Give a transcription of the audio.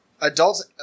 Adults